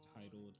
titled